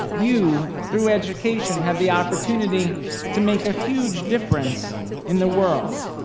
you, through education, have the opportunity to make a huge difference in the world.